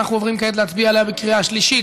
אנחנו עוברים כעת להצביע עליה בקריאה שלישית.